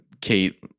Kate